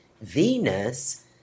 Venus